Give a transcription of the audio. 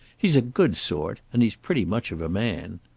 he's a good sort, and he's pretty much of a man.